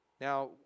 Now